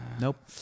nope